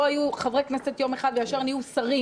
היו חברי כנסת יום אחד וישר נהיו גם שרים.